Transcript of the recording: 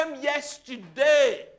yesterday